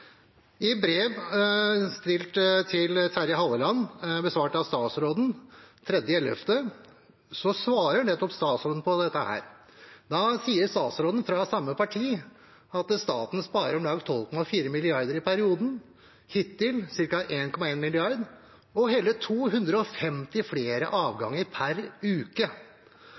I et brev datert den 3. november fra statsråden til representanten Terje Halleland svarer statsråden på dette. Statsråden, som er fra samme parti som representanten Sandtrøen, skriver at staten sparer om lag 12,4 mrd. kr i perioden, hittil ca. 1,1 mrd. kr, og at man har hele 250 flere avganger